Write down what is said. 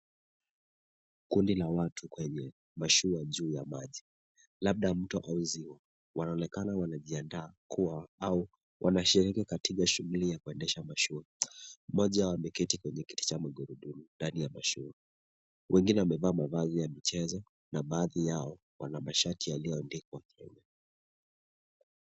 Kundi la watu kwenye mashua juu ya maji, labda mto au ziwa. Wanaonekana wanajiandaa kuwa au wanashiriki katika shughili ya kuendesha mashua. Mmoja wao ameketi kwenye kiti cha magurudumu ndani ya mashua. Wengine wamevaa mavazi ya michezo na baadhi yao wana mashati yaliyoandikwa Kenya.